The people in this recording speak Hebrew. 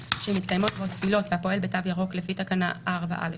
שמתקיימות בו תפילות והפועל ב"תו ירוק" לפי תקנה 4א,